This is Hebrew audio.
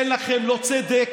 אין לכם לא צדק,